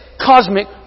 cosmic